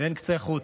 אין קצה חוט.